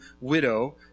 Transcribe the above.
widow